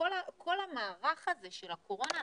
כל המערך הזה של הקורונה,